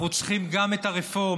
אנחנו צריכים גם את הרפורמה